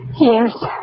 Yes